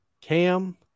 Cam